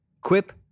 Quip